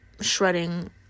shredding